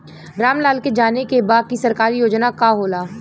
राम लाल के जाने के बा की सरकारी योजना का होला?